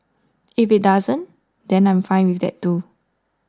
if it doesn't then I'm fine with that too